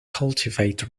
cultivate